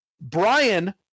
Brian